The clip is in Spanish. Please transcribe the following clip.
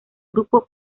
grupo